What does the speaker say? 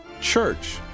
Church